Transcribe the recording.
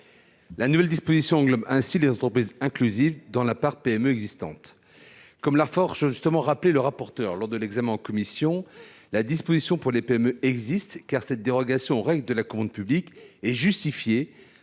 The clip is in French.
La nouvelle disposition englobe ainsi les entreprises inclusives dans la part PME existante. Comme l'a fort justement rappelé le rapporteur lors de l'examen en commission, la « dérogation aux règles de la commande publique pour